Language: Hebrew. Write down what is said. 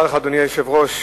אדוני היושב-ראש,